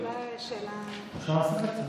אני יכולה שאלה נוספת?